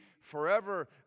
forever